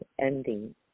ending